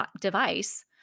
device